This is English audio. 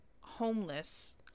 homeless